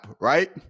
right